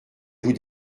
vous